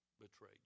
betrayed